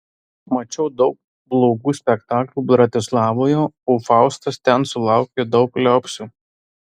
mačiau daug blogų spektaklių bratislavoje o faustas ten sulaukė daug liaupsių